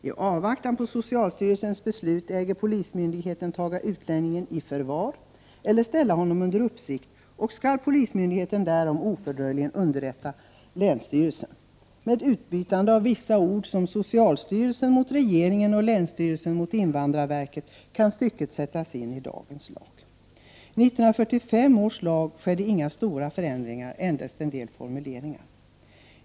I avvaktan på socialstyrelsens beslut äger polismyndigheten taga utlänningen i förvar eller ställa honom under uppsikt; och skall polismyndigheten därom ofördröjligen underrätta länsstyrelsen.” Med utbytande av vissa ord som socialstyrelsen mot regeringen och länsstyrelsen mot invandrarverket kan stycket sättas in i dagens lag. 11945 års lag skedde inga stora förändringar, endast av en del omformuleringar.